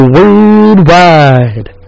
Worldwide